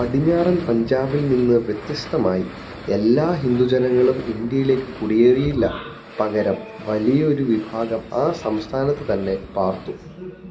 പടിഞ്ഞാറൻ പഞ്ചാബിൽനിന്നു വ്യത്യസ്തമായി എല്ലാ ഹിന്ദു ജനങ്ങളും ഇന്ത്യയിലേക്കു കുടിയേറിയില്ല പകരം വലിയൊരു വിഭാഗം ആ സംസ്ഥാനത്തു തന്നെ പാർത്തു